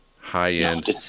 high-end